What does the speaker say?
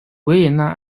维也纳